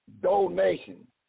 donation